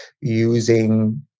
using